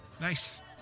Nice